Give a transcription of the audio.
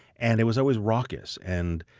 and it was always raucous, and,